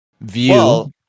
view